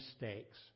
mistakes